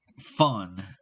fun